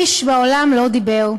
איש בעולם לא דיבר,